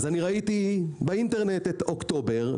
ראיתי באינטרנט את אוקטובר,